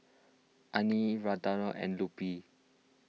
Anie and Lupe